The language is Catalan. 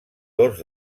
dos